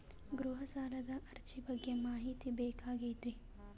ಗೃಹ ಸಾಲದ ಅರ್ಜಿ ಬಗ್ಗೆ ಮಾಹಿತಿ ಬೇಕಾಗೈತಿ?